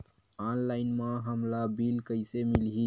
Online म हमला bill कइसे मिलही?